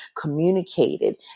communicated